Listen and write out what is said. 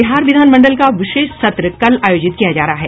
बिहार विधान मंडल का विशेष सत्र कल आयोजित किया जा रहा है